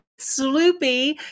Sloopy